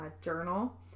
journal